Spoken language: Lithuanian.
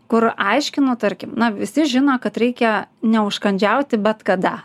kur aiškinu tarkim na visi žino kad reikia neužkandžiauti bet kada